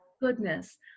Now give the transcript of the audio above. goodness